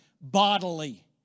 bodily